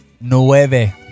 Nueve